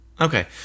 Okay